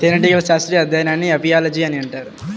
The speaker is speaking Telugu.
తేనెటీగల శాస్త్రీయ అధ్యయనాన్ని అపియాలజీ అని అంటారు